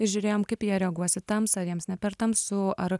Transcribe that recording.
ir žiūrėjom kaip jie reaguos į tamsą ar jiems ne per tamsu ar